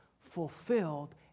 fulfilled